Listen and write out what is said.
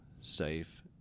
safe